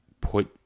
put